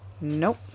Nope